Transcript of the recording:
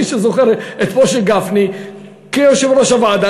מי שזוכר את משה גפני כיושב-ראש הוועדה,